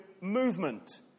movement